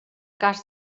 cas